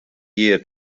year